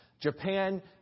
Japan